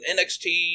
NXT